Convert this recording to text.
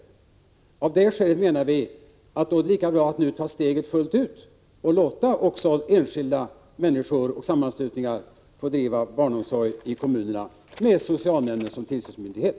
Av det skälet menar vi att det är lika bra att vi nu tar steget fullt ut och låter också enskilda människor och sammanslutningar bedriva barnomsorg i kommunerna, med socialnämnden som tillsynsmyndighet.